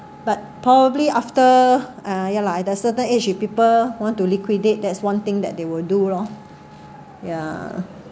but probably after ah ya lah there's certain age if people want to liquidate that's one thing that they will do lor ya